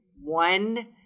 One